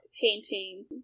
painting